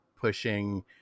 pushing